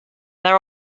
there